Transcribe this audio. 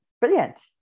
brilliant